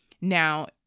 Now